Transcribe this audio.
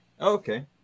Okay